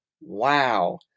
wow